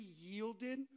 yielded